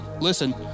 listen